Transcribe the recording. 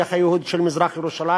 המשך הייהוד של מזרח-ירושלים,